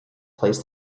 placed